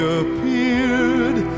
appeared